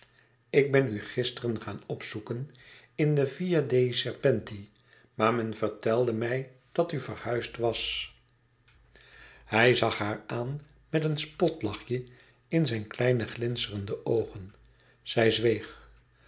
ik ben u gisteren gaan opzoeken in de via dei serpenti maar men vertelde mij dat u verhuisd was hij zag haar aan met een spotlachje in zijn kleine glinsterende oogen zij zweeg